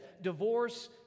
divorce